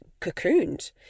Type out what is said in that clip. cocooned